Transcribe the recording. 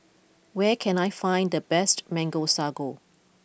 where can I find the best Mango Sago